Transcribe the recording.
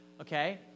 okay